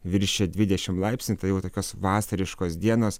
viršija dvidešim laipsnių tai jau tokios vasariškos dienos